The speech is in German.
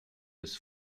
des